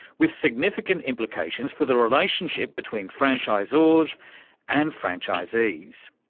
with significant implications for the relationship between franchisors and franchisees.